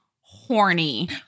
horny